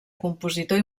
compositor